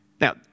Now